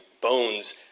bones